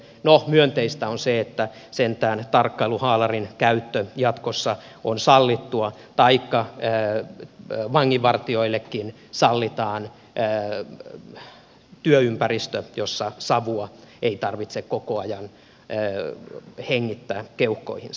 no myönteistä on se että sentään tarkkailuhaalarin käyttö jatkossa on sallittua taikka että vanginvartijoillekin sallitaan työympäristö jossa savua ei tarvitse koko ajan hengittää keuhkoihinsa